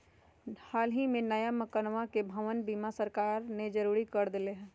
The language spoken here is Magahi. हल ही में नया मकनवा के भवन बीमा सरकार ने जरुरी कर देले है